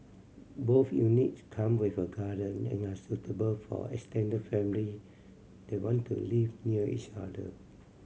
both units come with a garden and are suitable for extended family that want to live near each other